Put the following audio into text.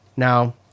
Now